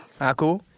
Aku